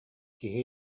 киһи